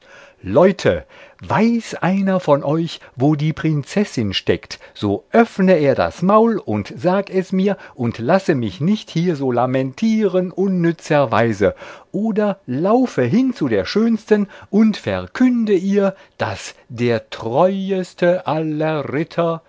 leute weiß einer von euch wo die prinzessin steckt so öffne er das maul und sag es mir und lasse mich nicht hier so lamentieren unnützerweise oder laufe hin zu der schönsten und verkünde ihr daß der treueste aller ritter